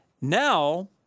Now